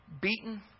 beaten